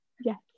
Yes